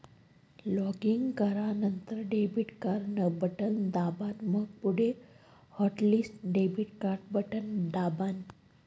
login करानंतर debit card न button दाबान, मंग पुढे हॉटलिस्ट डेबिट कार्डन बटन दाबान